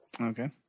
Okay